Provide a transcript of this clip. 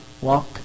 walk